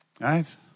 right